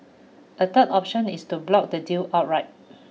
a third option is to block the deal outright